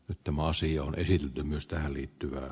nyt oma asia on esillä myös tähän liittyvä